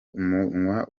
umunwa